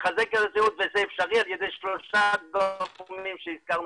לחזק את הציונות וזה אפשרי על ידי שלושה התחומים שהזכרנו